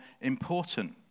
important